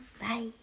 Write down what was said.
Bye